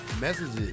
messages